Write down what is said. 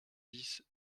dix